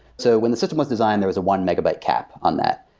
so when the system was designed, there was a one megabyte cap on that.